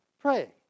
pray